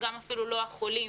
וגם אפילו לא החולים,